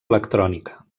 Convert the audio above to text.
electrònica